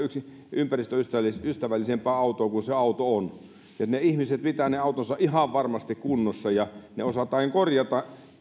ympäristöystävällisempää autoa kuin se auto on ihmiset pitävät ne autonsa ihan varmasti kunnossa ja ne osataan korjata